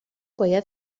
باید